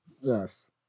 Yes